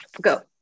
Go